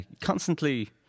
constantly